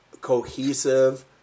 cohesive